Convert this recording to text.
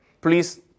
Please